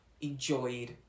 enjoyed